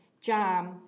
jam